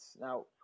Now